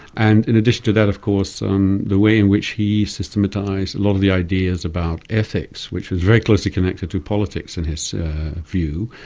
and in addition to that, of course, um the way in which he systematized a lot of the ideas about ethics, which was very closely connected to politics in his view,